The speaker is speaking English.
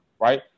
right